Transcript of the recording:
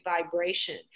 vibration